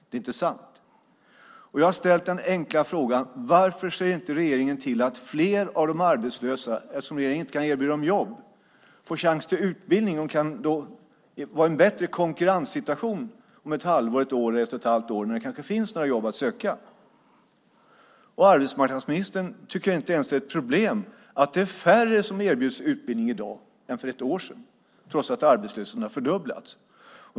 Det är inte sant. Jag har ställt den enkla frågan: Varför ser inte regeringen till att fler av de arbetslösa, eftersom regeringen inte kan erbjuda dem jobb, får chans till utbildning och kan ha en bättre konkurrenssituation om ett halvår, ett år eller ett och ett halvt år när det kanske finns några jobb att söka? Arbetsmarknadsministern tycker inte ens att det är ett problem att det är färre som erbjuds utbildning i dag än för ett år sedan, trots att arbetslösheten har fördubblats.